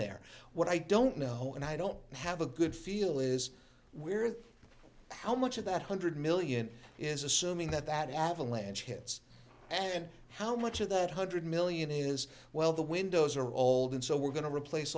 there what i don't know and i don't have a good feel is where how much of that hundred million is assuming that that avalanche hits and how much of that hundred million is well the windows are old and so we're going to replace